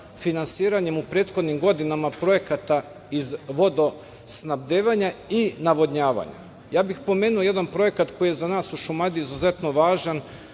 finansiranjem u prethodnim godinama projekata iz vodosnabdevanja i navodnjavanja. Pomenuo bih jedan projekat koji je za nas u Šumadiji izuzetno važan,